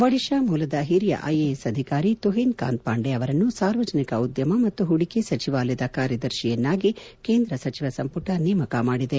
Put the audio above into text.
ಒಡಿತಾ ಮೂಲದ ಹಿರಿಯ ಐಎಎಸ್ ಅಧಿಕಾರಿ ಕುಹಿನ್ ಕಾಂತ್ ಪಾಂಡೆ ಅವರನ್ನು ಸಾರ್ವಜನಿಕ ಉದ್ಯಮ ಮತ್ತು ಹೂಡಿಕೆ ಸಚಿವಾಲಯದ ಕಾರ್ಯದರ್ಶಿಯನ್ನಾಗಿ ಕೇಂದ್ರ ಸಚಿವ ಸಂಪುಟ ನೇಮಕ ಮಾಡಿದೆ